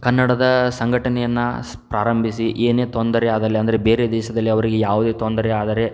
ಕನ್ನಡದ ಸಂಘಟನೆಯನ್ನು ಸ್ ಪ್ರಾರಂಭಿಸಿ ಏನೇ ತೊಂದರೆ ಆಗಲಿ ಅಂದರೆ ಬೇರೆ ದೇಶದಲ್ಲಿ ಅವರಿಗೆ ಯಾವುದೇ ತೊಂದರೆ ಆದರೆ